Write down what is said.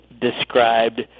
described